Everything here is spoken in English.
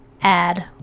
Add